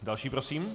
Další prosím.